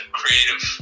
creative